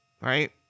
right